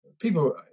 people